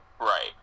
Right